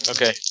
Okay